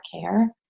care